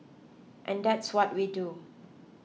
and that's what we do